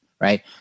right